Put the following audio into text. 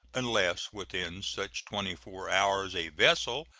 unless within such twenty-four hours a vessel,